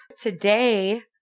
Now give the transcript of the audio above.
Today